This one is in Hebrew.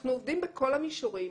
אנחנו עובדים בכל המישורים,